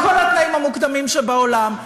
עם כל התנאים המוקדמים שבעולם.